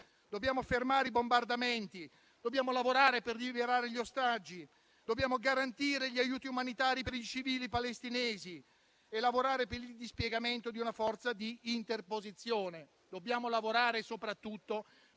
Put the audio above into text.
Dobbiamo fermare i bombardamenti, dobbiamo lavorare per liberare gli ostaggi, dobbiamo garantire gli aiuti umanitari per i civili palestinesi e lavorare per il dispiegamento di una forza di interposizione. Dobbiamo lavorare, soprattutto, per